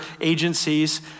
agencies